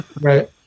right